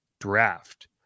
draft